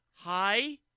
Hi